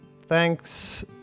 thanks